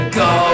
go